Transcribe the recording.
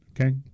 Okay